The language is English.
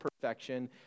perfection